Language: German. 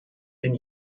den